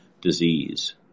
disease